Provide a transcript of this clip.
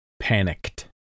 panicked